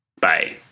Bye